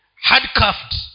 handcuffed